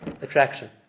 attraction